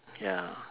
ya